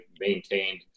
maintained